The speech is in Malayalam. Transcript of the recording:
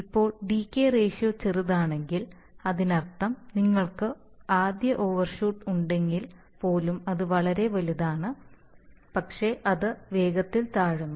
ഇപ്പോൾ ഡികെയ് റേഷ്യോ ചെറുതാണെങ്കിൽ അതിനർത്ഥം നിങ്ങൾക്ക് ആദ്യ ഓവർഷൂട്ട്overshoot ഉണ്ടെങ്കിൽ പോലും അത് വളരെ വലുതാണ് പക്ഷേ അത് വേഗത്തിൽ താഴുന്നു